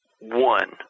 one